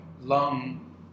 lung